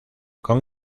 con